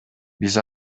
биз